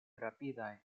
rapidaj